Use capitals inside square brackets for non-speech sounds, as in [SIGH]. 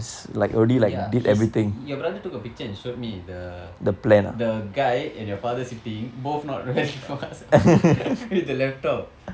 ya he's your brother took a picture and showed me the the guy and your father sitting both not [LAUGHS] wearing mask [LAUGHS] with the laptop